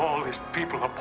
all these people up